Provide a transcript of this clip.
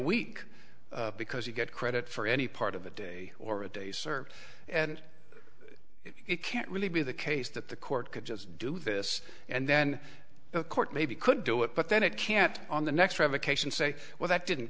week because you get credit for any part of a day or a day served and it can't really be the case that the court could just do this and then the court maybe could do it but then it can't on the next revocation say well that didn't